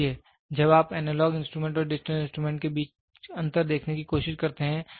इसलिए जब आप एनालॉग इंस्ट्रूमेंट और डिजिटल इंस्ट्रूमेंट के बीच अंतर देखने की कोशिश करते हैं